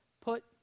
put